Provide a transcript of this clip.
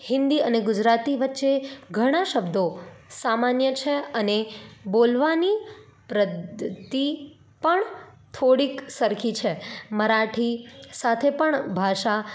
હિન્દી અને ગુજરાતી વચ્ચે ઘણા શબ્દો સામાન્ય છે અને બોલવાની પદ્ધતિ પણ થોડીક સરખી છે મરાઠી સાથે પણ ભાષા